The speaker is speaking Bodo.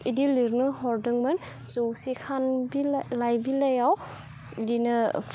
बिदि लिरनो हरदोंमोन जौसे खान बिला लाइ बिलाइयाव इदिनो